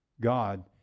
God